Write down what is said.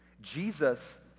Jesus